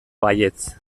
baietz